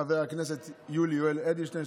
חבר הכנסת יולי יואל אדלשטיין,